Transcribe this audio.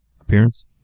appearance